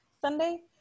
Sunday